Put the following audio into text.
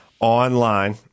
online